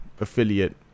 affiliate